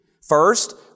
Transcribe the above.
First